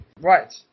Right